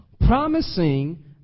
Promising